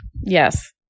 Yes